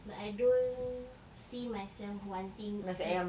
but I don't see myself wanting it